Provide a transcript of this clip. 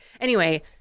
Anyway-